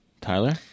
Tyler